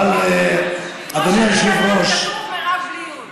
כמו שבתנ"ך כתוב מרב בלי יו"ד.